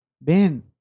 Ben